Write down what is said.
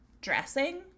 dressing